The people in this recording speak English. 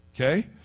Okay